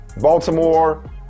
Baltimore